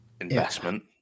investment